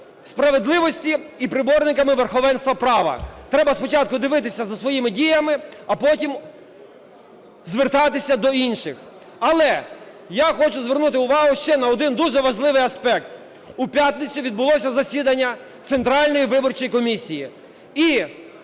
справедливості і поборниками верховенства права. Треба спочатку дивитися за своїми діями, а потім звертатися до інших. Але я хочу звернути увагу ще на один дуже важливий аспект. У п'ятницю відбулося засідання Центральної виборчої комісії.